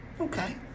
Okay